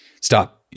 stop